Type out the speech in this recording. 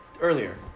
earlier